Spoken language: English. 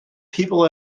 people